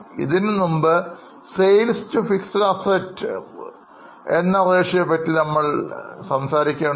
ഇതിനുമുമ്പ് sales to fixed assets ratioഅനുപാതത്തെ പറ്റി നമ്മൾ പറയുകയുണ്ടായി